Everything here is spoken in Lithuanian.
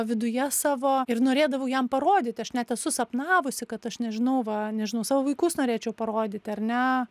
viduje savo ir norėdavau jam parodyti aš net esu sapnavusi kad aš nežinau va nežinau savo vaikus norėčiau parodyti ar ne